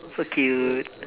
so cute